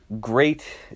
great